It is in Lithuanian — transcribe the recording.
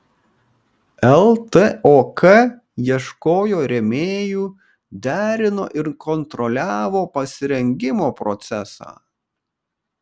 ltok ieškojo rėmėjų derino ir kontroliavo pasirengimo procesą